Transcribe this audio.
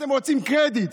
אתם רוצים קרדיט,